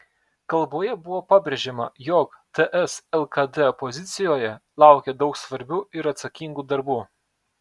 kalboje buvo pabrėžiama jog ts lkd opozicijoje laukia daug svarbių ir atsakingų darbų